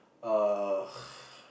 uh